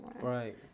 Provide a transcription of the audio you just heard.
right